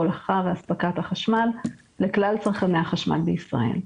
הולכה והספקת החשמל לכלל צרכני החשמל בישראל,